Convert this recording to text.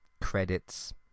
credits